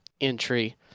entry